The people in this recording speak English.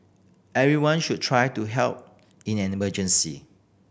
everyone should try to help in an emergency